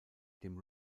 dem